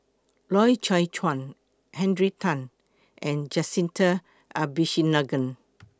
Loy Chye Chuan Henry Tan and Jacintha Abisheganaden